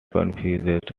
confused